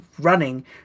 running